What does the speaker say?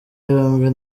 yombi